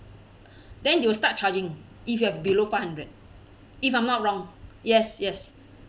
then they will start charging if you have below five hundred if I'm not wrong yes yes